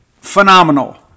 phenomenal